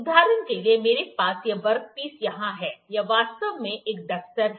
उदाहरण के लिए मेरे पास यह वर्कपीस यहां है यह वास्तव में एक डस्टर है